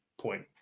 point